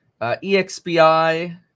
EXPI